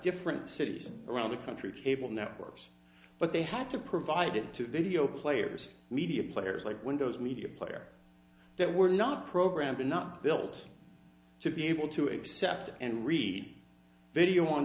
different cities around the country cable networks but they had to provide it to video players media players like windows media player that were not programmed and not built to be able to accept and read video on